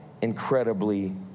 incredibly